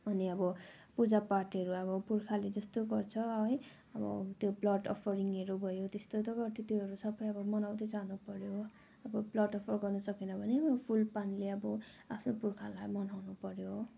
अनि अब पूजा पाठहरू अब पुर्खाले जस्तो गर्छ है अब त्यो ब्लड अफरिङहरू भयो त्यस्तो त गर्थ्यो त्योहरू सबै आब मनाउँदै जानु पर्यो अब ब्लड अफर गर्न सकेन्ड भने फुल पानले अब आफ्नो पुर्खालाई मनाउनु पर्यो